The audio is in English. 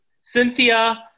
Cynthia